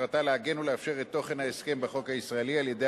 מטרתה לעגן ולאפשר את תוכן ההסכם בחוק הישראלי על-ידי